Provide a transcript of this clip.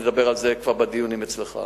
נדבר על זה כבר בדיונים אצלך.